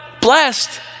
Blessed